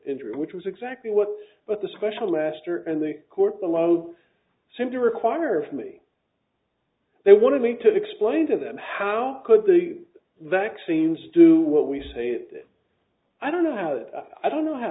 injury which was exactly what but the special master and the court below seem to require from me they wanted me to explain to them how could the that teams do what we say it i don't know how i don't know how